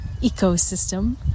ecosystem